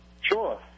Sure